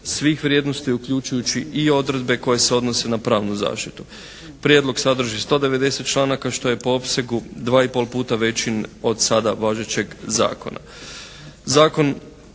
svih vrijednosti uključujući i odredbe koje se odnose na pravnu zaštitu. Prijedlog sadrži 190 članaka, što je po opsegu dva i pol puta veći od sada važećeg zakona.